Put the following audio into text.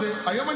במקום הזה היום,